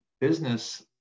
business